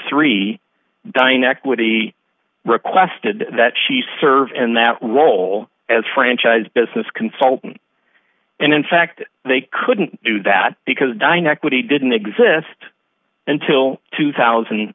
three dine equity requested that she serve and that role as franchise business consultant and in fact they couldn't do that because dine equity didn't exist until two thousand